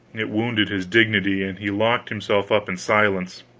it wounded his dignity, and he locked himself up in silence.